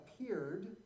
appeared